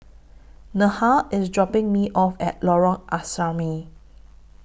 Neha IS dropping Me off At Lorong Asrama